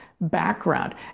background